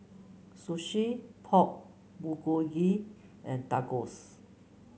Sushi Pork Bulgogi and Tacos